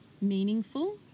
meaningful